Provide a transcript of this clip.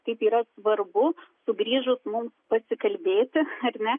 kaip yra svarbu sugrįžus mums pasikalbėti ar ne